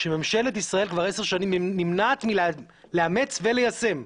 שממשלת ישראל כבר עשר שנים נמנעת מלאמץ וליישם.